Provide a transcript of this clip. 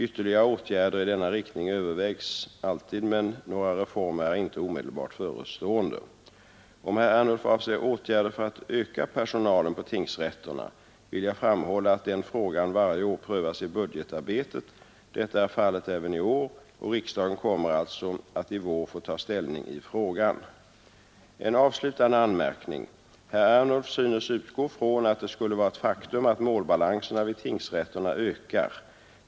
Ytterligare åtgärder i denna riktning övervägs alltid, men några reformer är inte omedelbart förestående. Om herr Ernulf avser åtgärder för att öka personalen på tingsrätterna vill jag framhålla att den frågan varje år prövas i budgetarbetet. Detta är fallet även i år, och riksdagen kommer alltså att i vår få ta ställning i frågan. En avslutande anmärkning. Herr Ernulf synes utgå från att det skulle vara ett faktum att målbalanserna vid tingsrätterna ökar.